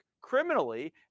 criminally